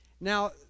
now